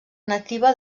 nativa